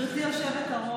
גברתי היושבת-ראש,